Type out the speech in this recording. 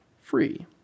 free